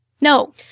No